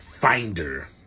finder